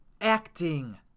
acting